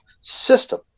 system